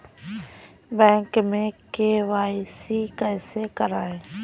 Bank में KYC कैसे करायें?